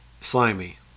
Slimy